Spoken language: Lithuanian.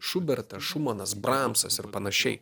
šubertas šumanas bramsas ir panašiai